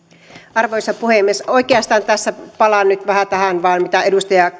arvoisa puhemies oikeastaan tässä palaan nyt vähän vain tähän mitä edustaja